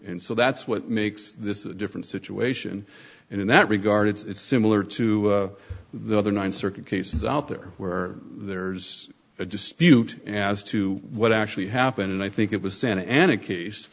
and so that's what makes this a different situation and in that regard it's similar to the other nine circuit cases out there where there's a dispute as to what actually happened and i think it was santa ana case